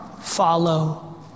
follow